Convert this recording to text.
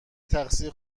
تقصیر